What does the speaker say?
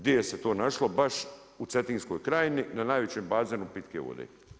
Di je se to našlo baš u Cetinskoj krajini na najvećem bazenu pitke vode.